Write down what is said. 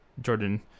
Jordan